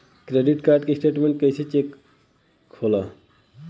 Credit card के statement कइसे check होला?